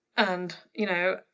and, you know,